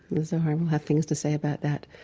the zohar will have things to say about that,